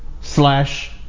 slash